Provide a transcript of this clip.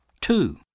Two